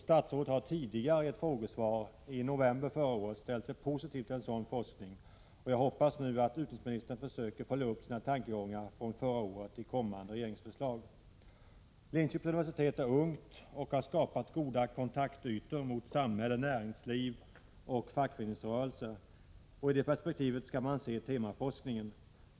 Statsrådet Bodström har i ett tidigare frågesvar — i november förra året — ställt sig positiv till en sådan forskning. Jag hoppas nu att utbildningsministern försöker följa upp sina tankegångar från förra året i kommande regeringsförslag. Linköpings universitet är ungt och har skapat goda kontaktytor mot samhälle, näringsliv och fackföreningsrörelse. Det är i det perspektivet som man skall se temaforskningen.